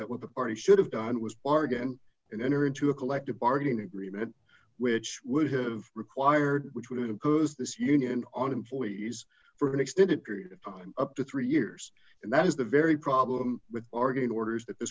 what the party should have done was bargain and enter into a collective bargaining agreement which would have required which would impose this union on employees for an extended period of time up to three years and that is the very problem with bargain orders that the